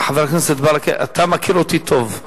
חבר הכנסת ברכה, אתה מכיר אותי טוב.